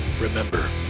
Remember